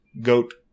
Goat